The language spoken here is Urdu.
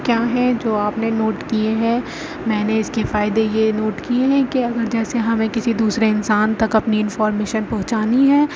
کیا ہیں جو آپ نے نوٹ کیے ہیں میں نے اس کے فائدے یہ نوٹ کیے ہیں کہ اگر جیسے ہمیں کسی دوسرے انسان تک اپنی انفارمیشن پہنچانی ہے